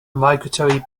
migratory